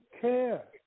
care